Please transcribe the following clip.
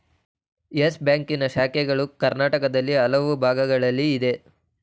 Yes ಬ್ಯಾಂಕಿನ ಶಾಖೆಗಳು ಕರ್ನಾಟಕದ ಹಲವು ಭಾಗಗಳಲ್ಲಿ ಇದೆ